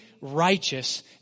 righteous